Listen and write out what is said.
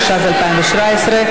התשע"ז 2017,